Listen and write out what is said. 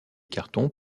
cartons